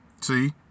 See